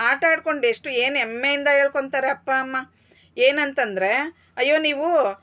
ಆಟ ಆಡ್ಕೊಂಡು ಎಷ್ಟು ಏನ್ ಎಮ್ಮೆಯಿಂದ ಏಳ್ಕೊಂತಾರೆ ಅಪ್ಪ ಅಮ್ಮ ಏನ್ ಅಂತಂದ್ರೆ ಅಯ್ಯೋ ನೀವು